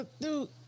Dude